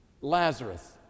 Lazarus